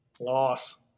Loss